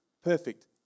Perfect